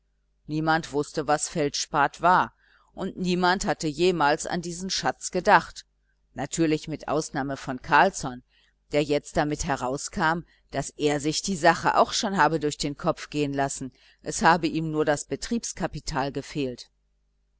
niemand wußte was feldspat war und niemand hatte jemals an diesen schatz gedacht natürlich mit ausnahme von carlsson der jetzt damit herauskam daß er sich die sache auch schon habe durch den kopf gehen lassen es habe ihm nur das betriebskapital gefehlt